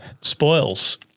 spoils